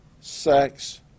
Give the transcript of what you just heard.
sex